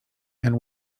and